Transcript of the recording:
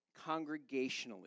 congregationally